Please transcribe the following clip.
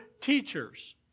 teachers